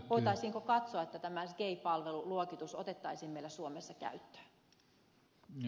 voitaisiinko katsoa että tämä sgei palveluluokitus otettaisiin meillä suomessa käyttöön